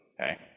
Okay